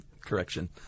correction